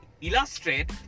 illustrate